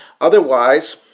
Otherwise